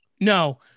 No